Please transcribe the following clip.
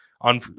on